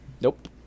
Nope